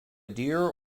deer